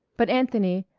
but anthony,